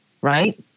right